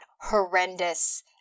horrendous